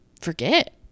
forget